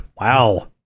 wow